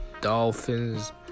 Dolphins